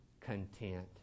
content